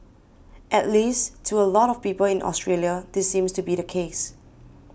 at least to a lot of people in Australia this seems to be the case